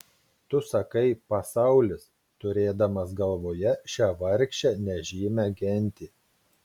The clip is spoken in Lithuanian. tu sakai pasaulis turėdamas galvoje šią vargšę nežymią gentį